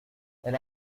elle